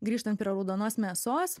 grįžtant prie raudonos mėsos